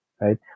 Right